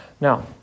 Now